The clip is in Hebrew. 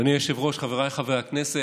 אדוני היושב-ראש, חבריי חברי הכנסת,